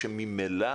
שממילא